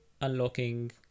unlocking